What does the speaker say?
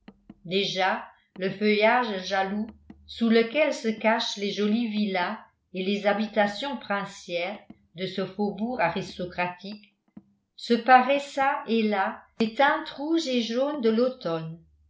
déjà le feuillage jaloux sous lequel se cachent les jolies villas et les habitations princières de ce faubourg aristocratique se parait çà et là des teintes rouges et jaunes de l'automne